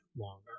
longer